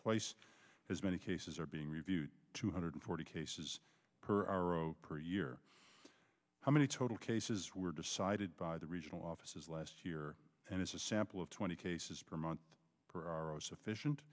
twice as many cases are being reviewed two hundred forty cases per per year how many total cases were decided by the regional offices last year and it's a sample of twenty cases per month per r o sufficient